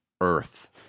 Earth